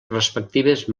respectives